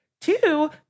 Two